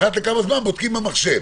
אחת לכמה זמן בודקים במחשב.